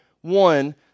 One